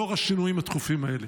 לאור השינויים התכופים האלה?